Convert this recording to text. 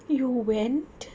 you went